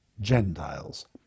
Gentiles